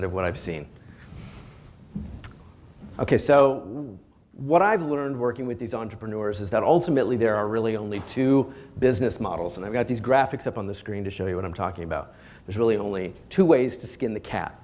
bit of what i've seen ok so what i've learned working with these entrepreneurs is that ultimately there are really only two business models and i've got these graphics up on the screen to show you what i'm talking about there's really only two ways to skin the cat